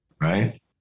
right